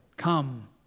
Come